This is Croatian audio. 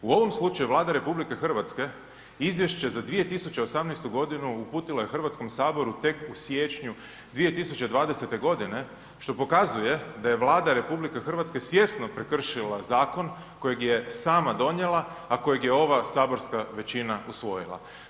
U ovom slučaju Vlada RH Izvješće za 2018. godinu uputila je Hrvatskom saboru tek u siječnju 2020. godine što pokazuje da je Vlada RH svjesno prekršila zakon kojeg je sama donijela, a kojeg je ova saborska većina usvojila.